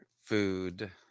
Food